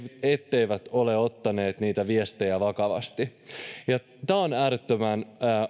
ettei ole ottanut niitä viestejä vakavasti ja tämä on äärettömän